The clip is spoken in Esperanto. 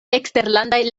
eksterlandaj